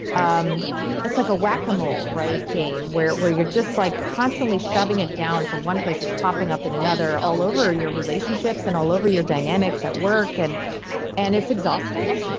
um it's like a whack-a-mole game where where you're just like constantly shoving it down from one place it's popping up in another all over your relationships and all over your dynamics at work and and it's exhausting.